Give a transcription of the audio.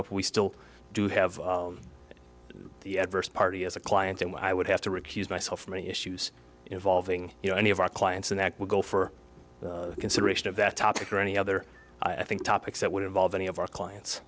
up we still do have the adverse party as a client and i would have to recuse myself from any issues involving you know any of our clients and that would go for consideration of that topic or any other i think topics that would involve any of our clients